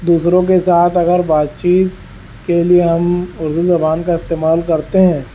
دوسروں کے ساتھ اگر بات چیت کے لیے ہم اردو زبان کا استعمال کرتے ہیں